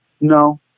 No